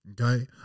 okay